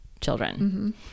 children